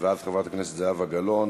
חברת הכנסת זהבה גלאון.